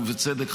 ובצדק,